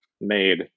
made